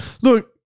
Look